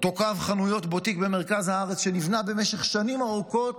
אותו קו חנויות בוטיק במרכז הארץ שנבנה במשך שנים ארוכות